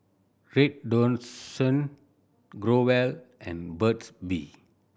Redoxon Growell and Burt's Bee